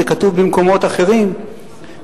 זה כתוב במקומות אחרים,